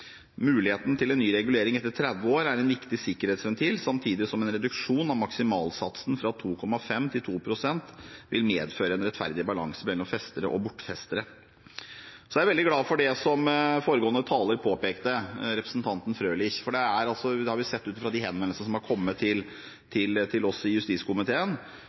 Muligheten til en ny regulering etter 30 år er en viktig sikkerhetsventil, samtidig som en reduksjon av maksimalsatsen fra 2,5 til 2 pst. vil medføre en rettferdig balanse mellom festere og bortfestere. Så er jeg veldig glad for det som foregående taler påpekte, representanten Frølich, for ut fra de henvendelsene som er kommet til oss i justiskomiteen, har vi sett